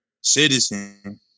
citizen